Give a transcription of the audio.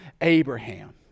Abraham